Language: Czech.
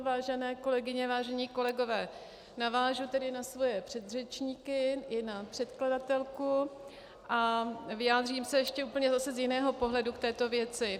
Vážené kolegyně, vážení kolegové, navážu tedy na své předřečníky i na předkladatelku a vyjádřím se ještě úplně zase z jiného pohledu k této věci.